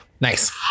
Nice